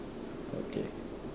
okay